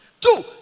Two